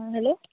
hello